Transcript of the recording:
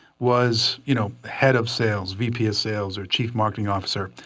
was you know head of sales, vp of sales, or chief marketing officer.